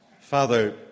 Father